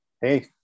Hey